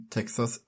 Texas